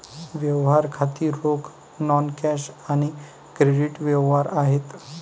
व्यवहार खाती रोख, नॉन कॅश आणि क्रेडिट व्यवहार आहेत